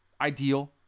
ideal